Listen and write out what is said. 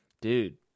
Dude